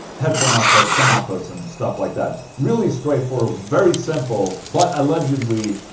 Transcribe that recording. headphone outputs, some outputs and stuff like that really straight forward, very simple, but allegedly.